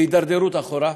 היא הידרדרות אחורה,